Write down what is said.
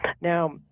now